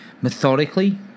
methodically